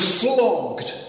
flogged